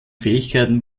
fähigkeiten